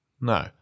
No